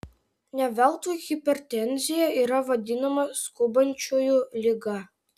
ne veltui hipertenzija yra vadinama skubančiųjų liga